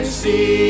see